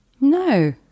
No